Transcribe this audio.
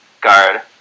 guard